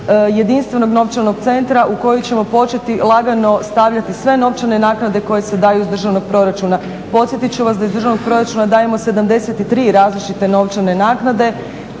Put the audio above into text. jedinstvenog novčanog centra u koju ćemo početi lagano stavljati sve novčane naknade koje se daju iz državnog proračuna. Podsjetit ću vas da iz državnog proračuna dajemo 73 različite novčane naknade,